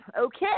okay